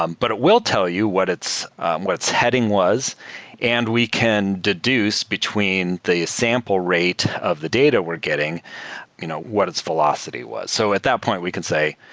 um but it will tell you what its what its heading was and we can deduce between the sample rate of the data we're getting you know what its velocity was. so at that point we can say,